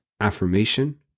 affirmation